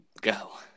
go